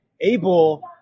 able